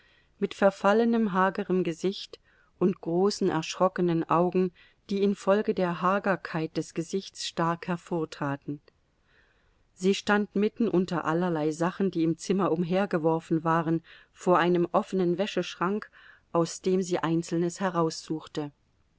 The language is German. mit verfallenem hagerem gesicht und großen erschrockenen augen die infolge der hagerkeit des gesichts stark hervortraten sie stand mitten unter allerlei sachen die im zimmer umhergeworfen waren vor einem offenen wäscheschrank aus dem sie einzelnes heraussuchte